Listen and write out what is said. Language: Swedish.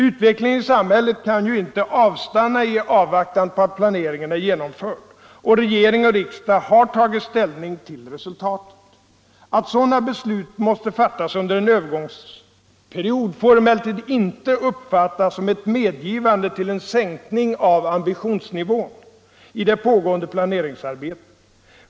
Utvecklingen i samhället kan ju inte avstanna i avvaktan på att planeringen är genomförd och regering och riksdag har tagit ställning till resultatet. Att sådana beslut måste fattas under en övergångsperiod får emellertid inte uppfattas som ett medgivande till en sänkning av ambitionsnivån i det pågående planeringsarbetet.